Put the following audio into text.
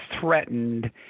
threatened